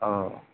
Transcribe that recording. अ